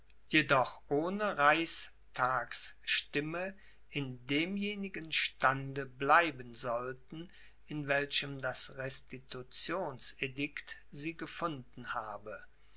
jedoch ohne reichstagsstimme in demjenigen stande bleiben sollten in welchem das restitutionsedikt sie gefunden habe